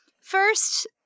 first